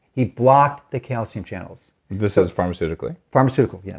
he blocked the calcium channels this is pharmaceutical? pharmaceutical, yeah